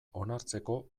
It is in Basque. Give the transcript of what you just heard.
onartzeko